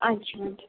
अच्छा अच्छा